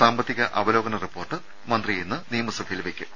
സാമ്പത്തിക അവലോകന റിപ്പോർട്ട് മന്ത്രി ഇന്ന് നിയമസഭയിൽ വയ്ക്കും